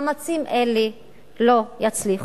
מאמצים אלה לא יצליחו.